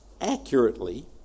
accurately